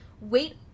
wait